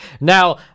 Now